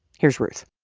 here's ruth